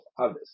others